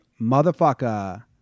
motherfucker